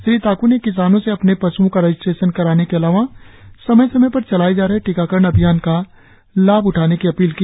श्री ताकू ने किसानों से अपने पश्ओ का रजिस्ट्रेशन कराने के अलावा समय समय पर चलाए जाने वाले टीकाकरण अभियान का लाभ उठाने की अपील की